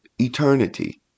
eternity